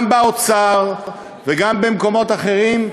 גם באוצר וגם במקומות אחרים,